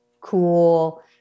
cool